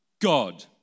God